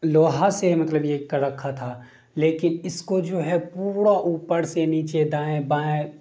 لوہا سے مطلب یہ کر رکھا تھا لیکن اس کو جو ہے پورا اوپر سے نیچے دائیں بائیں